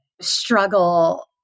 struggle